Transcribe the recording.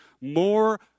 More